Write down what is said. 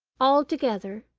altogether,